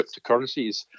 cryptocurrencies